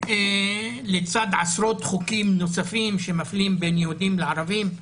לצד עשרות חוקים נוספים שמפלים בין יהודים לערבים.